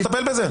צריך לטפל בזה.